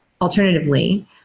alternatively